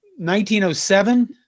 1907